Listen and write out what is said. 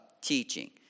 teaching